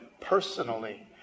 personally